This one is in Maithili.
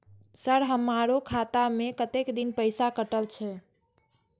सर हमारो खाता में कतेक दिन पैसा कटल छे?